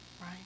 right